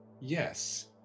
Yes